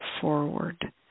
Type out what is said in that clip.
forward